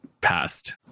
passed